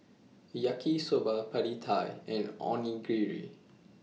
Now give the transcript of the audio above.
Yaki Soba Pad Thai and Onigiri